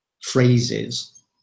phrases